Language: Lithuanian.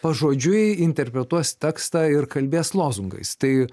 pažodžiui interpretuos tekstą ir kalbės lozungais tai